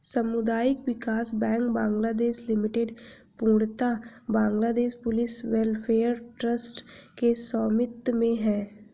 सामुदायिक विकास bank Bangladesh limited पूर्णतः बांग्लादेश पुलिस वेलफेयर ट्रस्ट के स्वामित्व में है